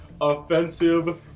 Offensive